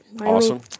Awesome